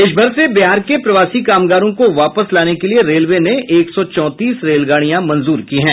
देशभर से बिहार के प्रवासी कामगारों को वापस लाने के लिए राज्य सरकार के लिए एक सौ चौंतीस रेलगाड़ियां मंजूर की हैं